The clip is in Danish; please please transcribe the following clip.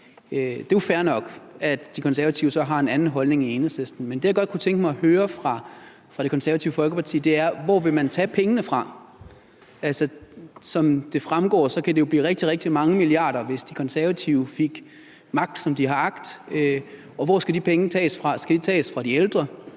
det er jo fair nok, at De Konservative så har en anden holdning end Enhedslisten. Det, jeg godt kunne tænke mig at høre fra Det Konservative Folkeparti, er, hvor man vil tage pengene fra. Som det fremgår, kan det jo blive rigtig, rigtig mange milliarder, hvis De Konservative fik magt, som de har agt, og hvor skal de penge tages fra? Skal de tages fra de ældre,